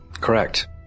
Correct